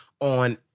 on